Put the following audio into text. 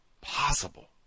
possible